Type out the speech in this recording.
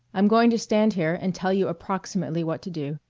i'm going to stand here and tell you approximately what to do,